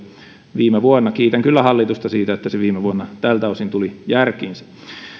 viime vuonna kiitän kyllä hallitusta siitä että se viime vuonna tältä osin tuli järkiinsä